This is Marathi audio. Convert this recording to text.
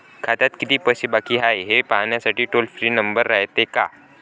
खात्यात कितीक पैसे बाकी हाय, हे पाहासाठी टोल फ्री नंबर रायते का?